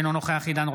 אינו נוכח עידן רול,